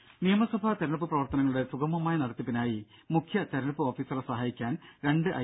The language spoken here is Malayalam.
രുര നിയമസഭാ തിരഞ്ഞെടുപ്പ് പ്രവർത്തനങ്ങളുടെ സുഗമമായ നടത്തിപ്പിനായി മുഖ്യ തിരഞ്ഞെടുപ്പ് ഓഫീസറെ സഹായിക്കാൻ രണ്ട് ഐ